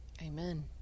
Amen